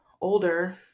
older